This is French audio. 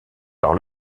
par